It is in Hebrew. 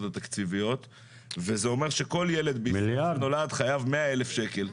התקציביות וזה אומר שכל ילד בישראל שנולד חייב 100,000 שקל.